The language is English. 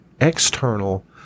external